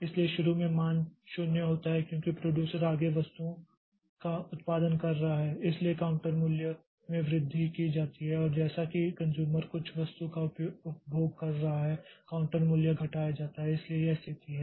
इसलिए शुरू में मान 0 होता है क्योंकि प्रोड्यूसर आगे वस्तुओं का उत्पादन कर रहा है इसलिए काउंटर मूल्य में वृद्धि की जाती है और जैसा कि कन्ज़्यूमर कुछ वस्तु का उपभोग कर रहा है काउंटर मूल्य घटाया जाता है इसलिए यह स्थिति है